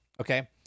okay